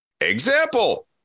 Example